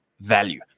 value